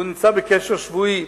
והוא נמצא בקשר שבועי,